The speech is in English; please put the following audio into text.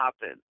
happen